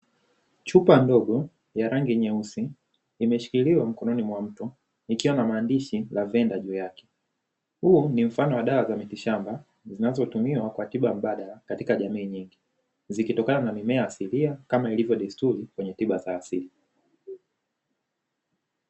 Chupa ndogo ya rangi nyeusi, imeshikiliwa mkononi mwa mtu, ikiwa na maandishi "LAVENDER" juu yake. Huu ni mfano wa dawa za mitishamba zinazotumiwa kwa tiba mbadala katika jamii nyingi, zikitokana na mimea asilia kama ilivyo desturi kwenye tiba za asili.